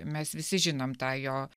mes visi žinom tą jo